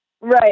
Right